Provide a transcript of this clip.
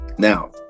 Now